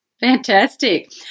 Fantastic